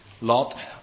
Lot